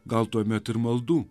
gal tuomet ir maldų